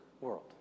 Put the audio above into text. world